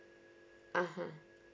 (uh huh)